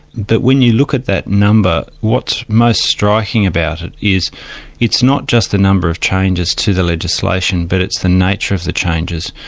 but when you look at that number, what's most striking about it is it's not just the number of changes to the legislation, but it's the nature of the changes.